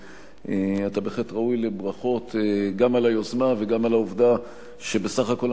ואתה בהחלט ראוי לברכות גם על היוזמה וגם על העובדה שבסך הכול,